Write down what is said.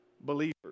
believers